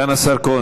סגן השר כהן,